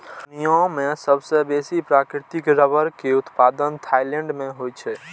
दुनिया मे सबसं बेसी प्राकृतिक रबड़ के उत्पादन थाईलैंड मे होइ छै